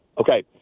Okay